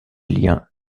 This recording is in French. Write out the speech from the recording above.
liens